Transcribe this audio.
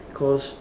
because